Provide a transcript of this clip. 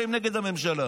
שהם נגד הממשלה.